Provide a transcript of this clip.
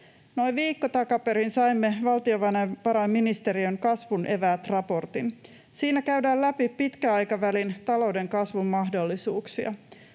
Noin viikko takaperin saimme valtiovarainministeriön ”kasvun eväät” -raportin. Siinä käydään läpi pitkän aikavälin talouden kasvun mahdollisuuksia.